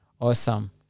Awesome